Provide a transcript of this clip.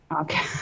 okay